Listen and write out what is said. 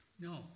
No